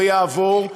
ויעבור,